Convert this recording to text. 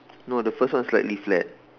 no the first one is slightly flat